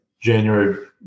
January